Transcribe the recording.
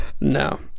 No